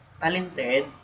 talented